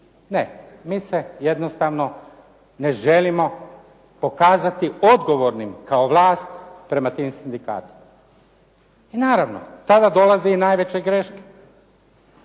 Ne, mi se jednostavno ne želimo pokazati odgovornim kao vlast prema tim sindikatima. I naravno, tada dolaze i najveće greške.